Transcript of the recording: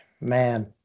Man